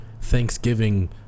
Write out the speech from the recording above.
Thanksgiving